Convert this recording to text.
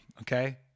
Okay